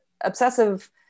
obsessive